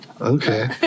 Okay